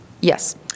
Yes